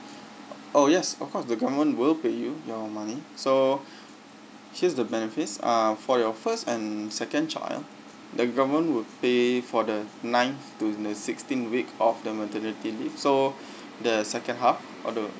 oh yes of course the government will pay your money so here's the benefits uh for your first and second child the government will pay for the ninth to the sixteen week of the maternity leave so the second half of the